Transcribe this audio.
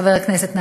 חבר הכנסת נהרי,